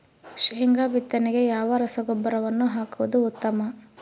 ಶೇಂಗಾ ಬಿತ್ತನೆಗೆ ಯಾವ ರಸಗೊಬ್ಬರವನ್ನು ಹಾಕುವುದು ಉತ್ತಮ?